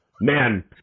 man